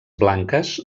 blanques